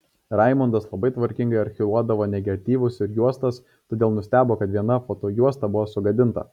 raimundas labai tvarkingai archyvuodavo negatyvus ir juostas todėl nustebo kad viena fotojuosta buvo sugadinta